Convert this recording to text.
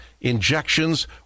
injections